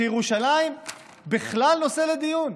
שירושלים בכלל נושא לדיון?